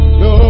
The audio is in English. no